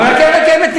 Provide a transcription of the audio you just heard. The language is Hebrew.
על הקרן הקיימת.